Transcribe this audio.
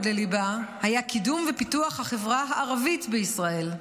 לליבה היה קידום ופיתוח החברה הערבית בישראל.